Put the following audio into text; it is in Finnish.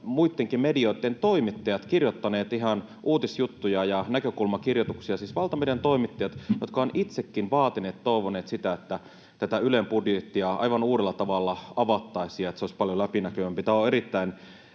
muittenkin medioitten toimittajat kirjoittaneet ihan uutisjuttuja ja näkökulmakirjoituksia, siis valtamedian toimittajat, jotka ovat itsekin vaatineet ja toivoneet sitä, että tätä Ylen budjettia aivan uudella tavalla avattaisiin ja se olisi paljon läpinäkyvämpi.